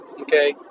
okay